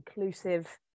inclusive